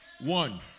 One